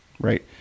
right